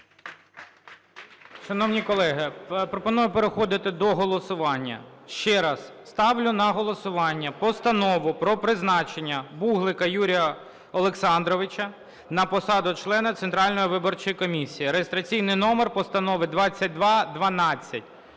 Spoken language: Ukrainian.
Шановні колеги, пропоную переходити до голосування. Ще раз, ставлю на голосування Постанову про призначення Буглака Юрія Олександровича на посаду члена Центральної виборчої комісії (реєстраційний номер Постанови 2212).